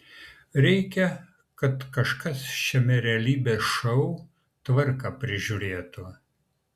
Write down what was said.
reikia kad kažkas šiame realybės šou tvarką prižiūrėtų